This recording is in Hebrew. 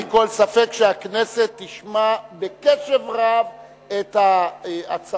בלי כל ספק הכנסת תשמע בקשב רב את ההצעות